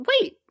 wait